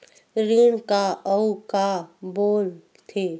ऋण का अउ का बोल थे?